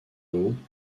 haut